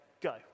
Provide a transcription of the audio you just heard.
Go